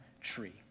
tree